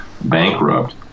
bankrupt